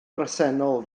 bresennol